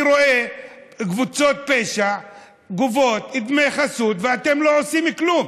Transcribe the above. אני רואה קבוצות פשע גובות דמי חסות ואתם לא עושים כלום.